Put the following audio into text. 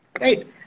right